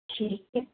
ठीक है